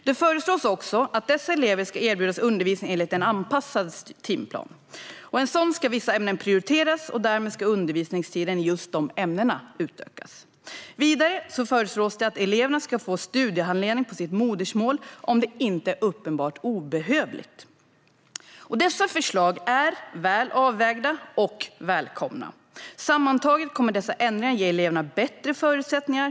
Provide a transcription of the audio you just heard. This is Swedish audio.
Det föreslås också att dessa elever ska erbjudas undervisning enligt en anpassad timplan. I en sådan ska vissa ämnen prioriteras, och därmed ska undervisningstiden i just de ämnena utökas. Vidare föreslås att eleverna ska få studiehandledning på sitt modersmål om det inte är uppenbart obehövligt. Dessa förslag är väl avvägda och välkomna. Sammantaget kommer dessa ändringar att ge eleverna bättre förutsättningar.